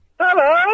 Hello